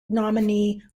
nominee